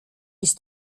ist